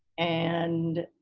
and